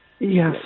Yes